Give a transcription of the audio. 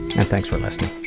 and thanks for listening